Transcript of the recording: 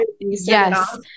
Yes